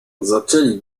zaczęli